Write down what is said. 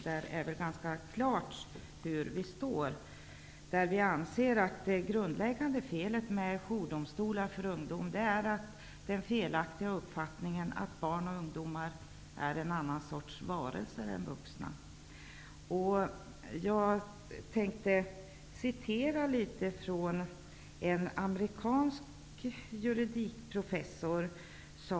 Det är ganska klart var vi står. Vi anser att det grundläggande felet med jourdomstolar för ungdomar är den felaktiga uppfattningen att barn och ungdomar är en annan sorts varelser än de vuxna. Jag skall återge litet av vad en amerikansk juridikprofessor, Barry Feld, har sagt.